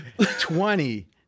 twenty